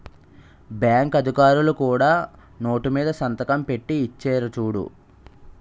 bank అధికారులు కూడా note మీద సంతకం పెట్టి ఇచ్చేరు చూడు